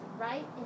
right